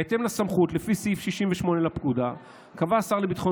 בהתאם לסמכות לפי סעיף 68 לפקודה קבע השר לביטחון